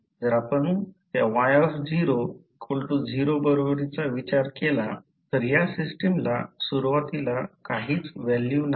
जर आपण त्या y 0 बरोबरीचा विचार केला तर या सिस्टमला सुरुवातीला काहीच व्हॅल्यू नाही